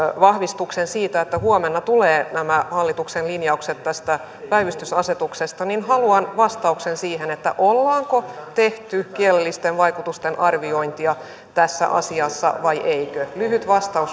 vahvistuksen siitä että huomenna tulevat nämä hallituksen linjaukset tästä päivystysasetuksesta haluan vastauksen siihen ollaanko tehty kielellisten vaikutusten arviointia tässä asiassa vai eikö lyhyt vastaus